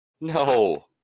No